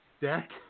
deck